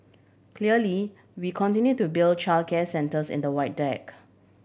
clearly we continue to build childcare centres in the Void Deck